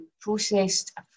Processed